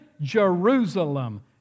Jerusalem